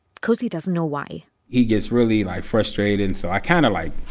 cosey doesn't know why he gets really, like, frustrated, and so i kind of, like,